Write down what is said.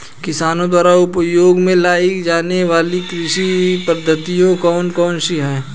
किसानों द्वारा उपयोग में लाई जाने वाली कृषि पद्धतियाँ कौन कौन सी हैं?